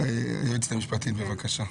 היועצת המשפטית בבקשה.